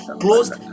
closed